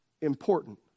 important